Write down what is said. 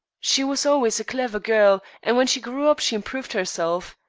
she was always a clever girl, and when she grew up she improved herself.